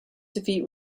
defeat